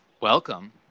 welcome